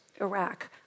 Iraq